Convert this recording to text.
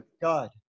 God